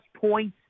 points